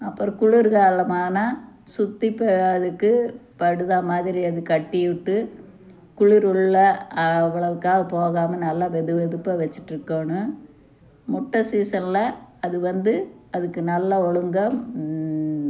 அப்பறம் குளிர்காலமான சுத்தி ப அதுக்கு படுத மாதிரி அதுக்கு கட்டிவிட்டு குளிர் உள்ள அவ்வளவுகா போகாமல் நல்லா வெதுவெதுப்பாக வச்சிட்டு இருக்கணும் முட்டை சீசனில் அதுவந்து அதுக்கு நல்லா ஒழுங்காக